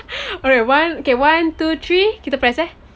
alright one okay one two three kita press eh